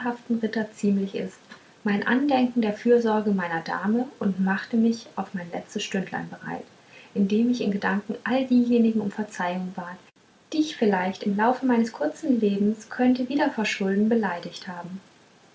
ritter ziemlich ist mein andenken der fürsorge meiner dame und machte mich auf mein letztes stündlein bereit indem ich in gedanken alle diejenigen um verzeihung bat die ich vielleicht im laufe meines kurzen lebens könnte wider verschulden beleidigt haben